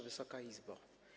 Wysoka Izbo!